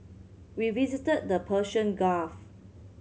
we visited the Persian Gulf